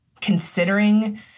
considering